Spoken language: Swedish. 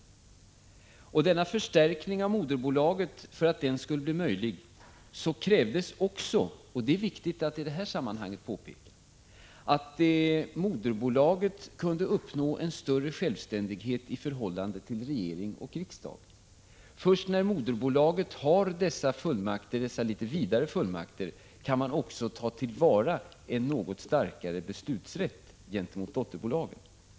För att denna förstärkning av moderbolaget skulle bli möjlig krävdes också — och det är viktigt att påpeka i det här sammanhanget — att moderbolaget kunde uppnå en större självständighet i förhållande till regering och riksdag. Först när moderbolaget har sådana något vidare fullmakter kan man också ta till vara en något starkare beslutsrätt gentemot dotterbolagen.